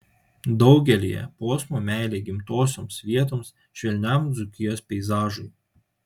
daugelyje posmų meilė gimtosioms vietoms švelniam dzūkijos peizažui